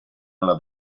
ala